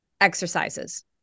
exercises